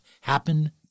Happen